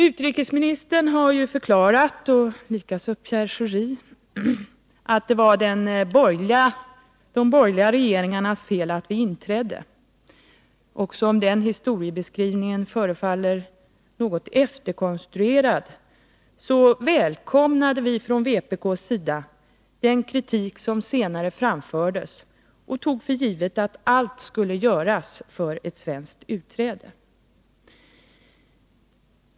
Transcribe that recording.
Utrikesministern har — liksom Pierre Schori — förklarat att det var de borgerliga regeringarnas fel att vi inträdde i banken. Också om den historieskrivningen förefaller något efterkonstruerad välkomnade vi från vpk:s sida den kritik som senare framförts och tog för givet att allt skulle göras för ett svenskt utträde.